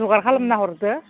जगार खालामना हरदो